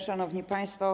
Szanowni Państwo!